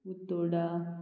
Utorda